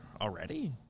already